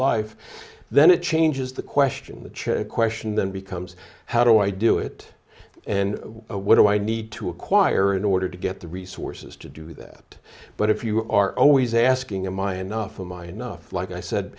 life then it changes the question the chick question then becomes how do i do it and what do i need to acquire in order to get the resources to do that but if you are always asking in my enough or my enough like i said